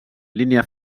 línia